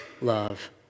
love